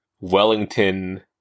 Wellington